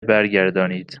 برگردانید